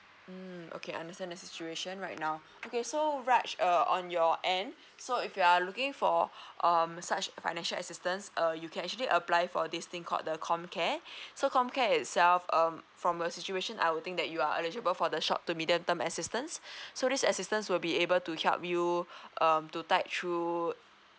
mm okay understand the situation right now okay so raj err on your end so if you are looking for um such a financial assistance err you can actually apply for this thing called the com care so com care itself um from your situation I would think that you are eligible for the short to medium time assistance so this assistance will be able to help you um to tide through